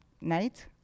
night